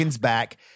back